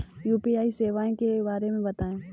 UPI सेवाओं के बारे में बताएँ?